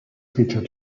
featured